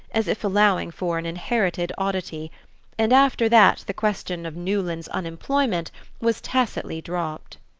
as if allowing for an inherited oddity and after that the question of newland's unemployment was tacitly dropped.